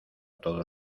todos